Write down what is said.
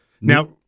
Now